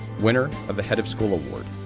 winner of the head of school award,